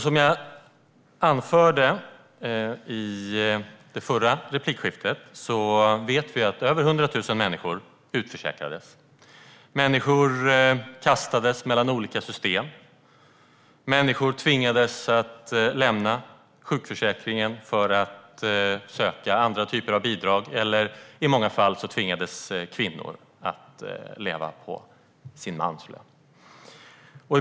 Som jag anförde i det förra replikskiftet vet vi att över 100 000 människor utförsäkrades. Människor kastades mellan olika system. Människor tvingades att lämna sjukförsäkringen för att söka andra typer av bidrag. I många fall tvingades kvinnor att leva på sin mans lön.